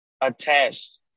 attached